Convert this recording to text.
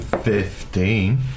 Fifteen